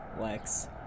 Lex